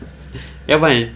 要不然